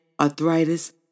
arthritis